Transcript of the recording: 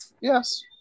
Yes